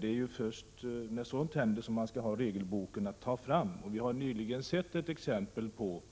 Det är ju först när sådant händer som man behöver ha regelboken att ta fram. Vi har nyligen sett ett exempel på